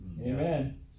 Amen